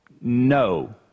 No